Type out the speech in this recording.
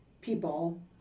people